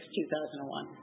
2001